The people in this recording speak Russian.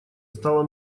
стала